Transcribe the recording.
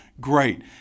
Great